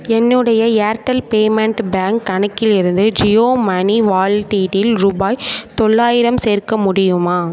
என்னோடைய Airtel payment bank கணக்கில் இருந்து ஜியோ மனி வால்டிட்டில் ரூபாய் தொள்ளாயிரம் சேர்க்க முடியுமா